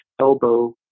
elbow